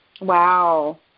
Wow